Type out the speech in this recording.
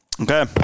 Okay